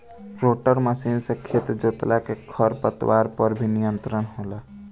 rotor machine से खेत जोतला से खर पतवार पर भी नियंत्रण होला